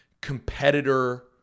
competitor